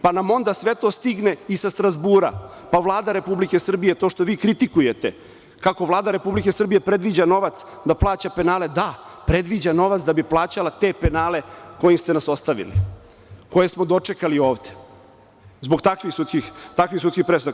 Pa nam onda sve to stigne i sa Strazbura pa Vlada RS, to što vi kritikujete kako Vlada Srbije predviđa novac da plaća penale, da predviđa novac da bi plaćala te penale u koje ste nas ostavili, koje smo dočekali ovde, zbog takvih sudskih presuda.